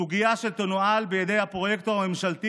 זו סוגיה שתנוהל בידי הפרויקטור הממשלתי